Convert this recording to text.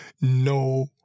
no